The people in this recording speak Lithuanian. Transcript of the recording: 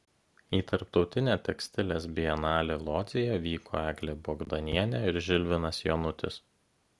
į tarptautinę tekstilės bienalę lodzėje vyko eglė bogdanienė ir žilvinas jonutis